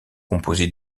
composé